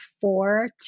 four